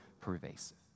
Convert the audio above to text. pervasive